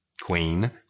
queen